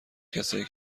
کسایی